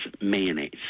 mayonnaise